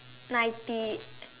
ninety